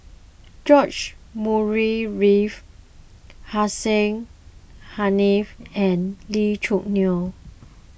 George Murray Reith Hussein Haniff and Lee Choo Neo